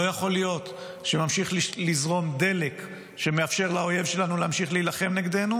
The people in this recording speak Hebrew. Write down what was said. לא יכול להיות שממשיך לזרום דלק שמאפשר לאויב שלנו להמשיך להילחם נגדנו,